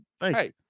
hey